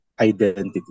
identity